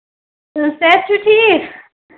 تہٕ صحت چھُو ٹھیٖک